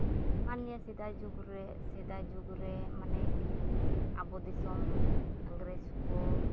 ᱟᱨ ᱱᱤᱭᱟᱹ ᱥᱮᱫᱟᱭ ᱡᱩᱜᱽ ᱨᱮ ᱥᱮ ᱥᱮᱫᱟᱭ ᱡᱩᱜᱽ ᱨᱮ ᱢᱟᱱᱮ ᱟᱵᱚ ᱫᱤᱥᱚᱢ ᱤᱝᱨᱮᱡᱽ ᱠᱚ